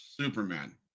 superman